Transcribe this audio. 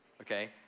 okay